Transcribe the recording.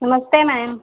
नमस्ते मैम